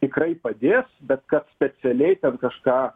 tikrai padės bet kad specialiai ten kažką